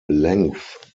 length